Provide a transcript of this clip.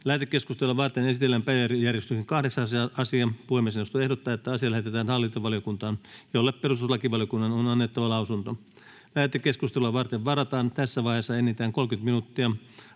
Lähetekeskustelua varten esitellään päiväjärjestyksen 10. asia. Puhemiesneuvosto ehdottaa, että asia lähetetään lakivaliokuntaan, jolle talousvaliokunnan on annettava lausunto. Lähetekeskusteluun varataan tässä vaiheessa enintään 30 minuuttia.